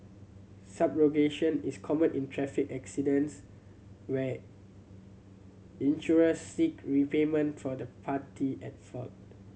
subrogation is common in traffic accidents where insurers seek repayment from the party at fault